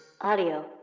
Audio